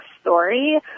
story